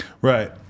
Right